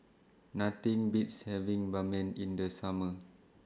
Nothing Beats having Ban Mian in The Summer